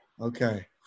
Okay